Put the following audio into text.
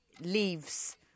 leaves